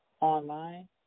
online